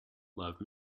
love